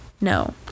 No